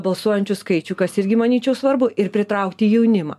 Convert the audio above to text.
balsuojančių skaičių kas irgi manyčiau svarbu ir pritraukti jaunimą